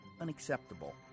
unacceptable